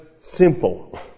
simple